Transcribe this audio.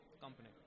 company